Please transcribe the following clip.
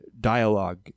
dialogue